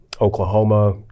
Oklahoma